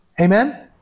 Amen